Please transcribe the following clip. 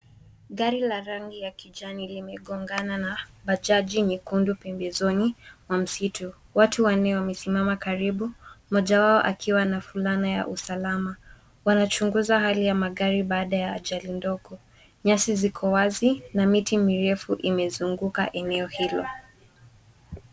Gari la rangi ya kijani limegongana na bajaji nyekundu pembezoni mwa msitu. Watu wanne wamesimama karibu mmoja wao akiwa na fulana ya usalama. Wanachunguza hali ya magari baada ya ajali ndogo. Nyasi ziko wazi na miti mirefu imezunguka eneo hilo.